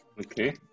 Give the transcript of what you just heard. Okay